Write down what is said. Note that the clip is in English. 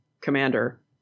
Commander